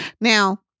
Now